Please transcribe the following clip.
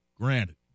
Granted